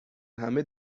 همه